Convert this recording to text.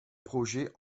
projet